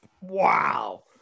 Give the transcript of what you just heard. Wow